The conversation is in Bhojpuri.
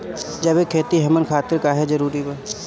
जैविक खेती हमन खातिर काहे जरूरी बा?